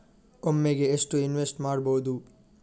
ಒಮ್ಮೆಗೆ ಎಷ್ಟು ಇನ್ವೆಸ್ಟ್ ಮಾಡ್ಬೊದು?